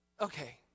Okay